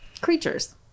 creatures